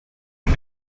and